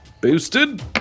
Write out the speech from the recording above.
Boosted